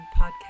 podcast